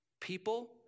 people